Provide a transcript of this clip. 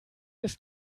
ist